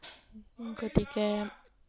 গতিকে